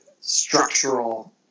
structural